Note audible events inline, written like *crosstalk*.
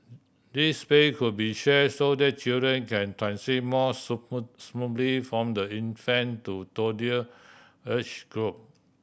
these space could be share so that children can transit more *unintelligible* smoothly from the infant to toddler age group